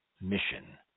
mission